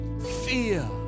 Fear